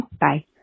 bye